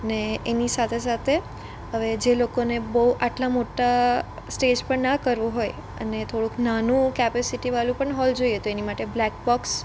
ને એની સાથે સાથે હવે જે લોકોને બહું આટલા મોટા સ્ટેજ પર ના કરવું હોય અને થોડુંક નાનું કેપેસિટીવાળું પણ હૉલ જોઈએ તો એની માટે બ્લેક બોક્સ